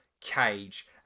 cage